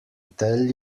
tell